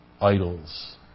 Idols